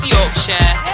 Yorkshire